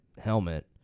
helmet